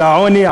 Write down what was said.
על העוני,